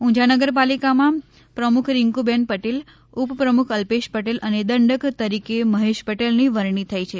ઉંજા નગરપાલિકામાં પ્રમુખ રીંન્કુબેન પટેલ ઉપપ્રમુખ અલ્પેશ પટેલ અને દંડક તરીકે મહેશ પટેલની વરણી થઈ છે